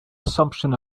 assumption